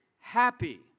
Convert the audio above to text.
Happy